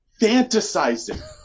fantasizing